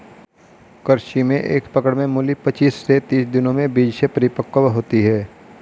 कृषि में एक पकड़ में मूली पचीस से तीस दिनों में बीज से परिपक्व होती है